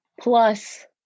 plus